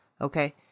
okay